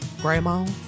grandma